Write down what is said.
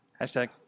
Hashtag